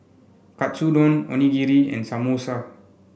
Katsudon Onigiri and Samosa